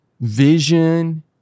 vision